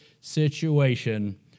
situation